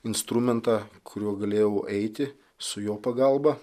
instrumentą kuriuo galėjau eiti su jo pagalba